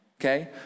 Okay